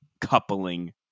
coupling